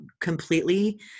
completely